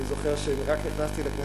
אני זוכר שכשרק נכנסתי לכנסת,